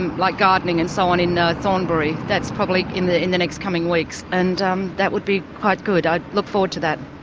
and like gardening and so on, in thornbury. that's probably in the in the next coming weeks, and um that would be quite good. i look forward to that.